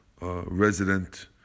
resident